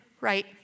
right